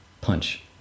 punch